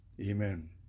Amen